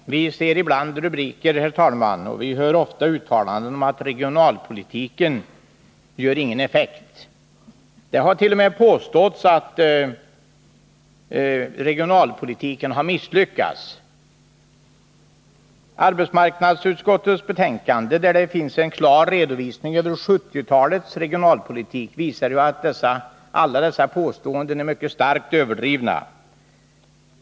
Herr talman! Vi ser ibland rubriker och hör ofta uttalanden om att regionalpolitiken inte ger någon effekt. Det har t.o.m. påståtts att regionalpolitiken har misslyckats. Arbetsmarknadsutskottets betänkande, i vilket finns en klar redovisning av 1970-talets regionalpolitik, visar dock art alla dessa påståenden är starkt överdrivna.